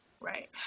right